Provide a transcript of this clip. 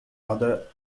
other